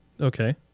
Okay